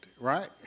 right